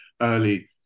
early